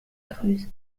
creuse